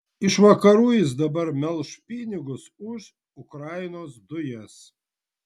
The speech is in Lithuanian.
iš vakarų jis dabar melš pinigus už ukrainos dujas